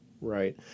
Right